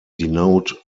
denote